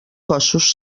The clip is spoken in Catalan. cossos